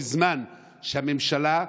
בזמן שהממשלה,